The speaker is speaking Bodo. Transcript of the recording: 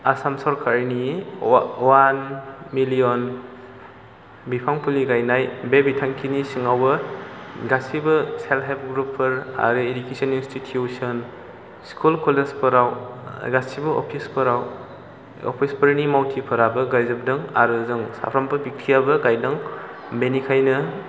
आसाम सोरखारनि अवान मिलियन बिफां फुलि गायनाय बे बिथांखिनि सिङावबो गासिबो सेल्फ हेल्फ ग्रुपफोर आरो इदुकेशन इनस्टिटिउशन स्कुल कलेजफोराव गासिबो अफिसफोराव अफिसफोरनि मावथिफोराबो गायजोबदों आरो जों साफ्रोमबो बेक्टिआबो गायदों बेनिखायनो